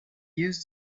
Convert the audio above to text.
used